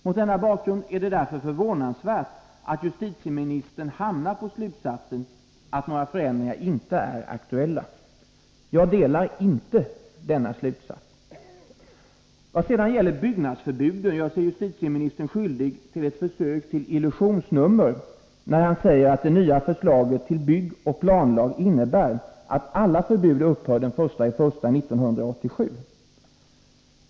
Mot denna bakgrund är det förvånansvärt att justitieministern hamnar på slutsatsen att några förändringar inte är aktuella. Jag delar inte denna slutsats. Vad sedan gäller byggnadsförbuden gör sig justitieministern skyldig till ett försök till illusionsnummer när han säger att det nya förslaget till byggoch planlag innebär att alla förbud upphör den 1 januari 1987.